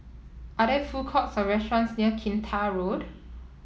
are there food courts or restaurants near Kinta Road